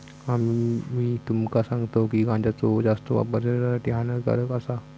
आम्ही तुमका सांगतव की गांजाचो जास्त वापर शरीरासाठी हानिकारक आसा